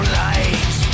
light